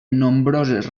nombroses